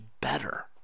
better